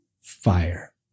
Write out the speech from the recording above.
fire